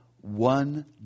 One